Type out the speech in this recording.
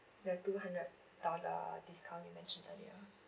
the two hundred dollar discount you mentioned earlier